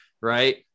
Right